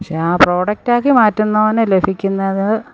പക്ഷേ ആ പ്രോഡക്റ്റാക്കി മാറ്റുന്നവനു ലഭിക്കുന്നത്